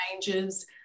changes